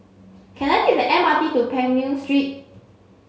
can I take the M R T to Peng Nguan Street